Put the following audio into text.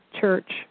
church